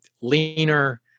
leaner